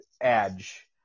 edge